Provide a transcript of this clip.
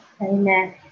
Amen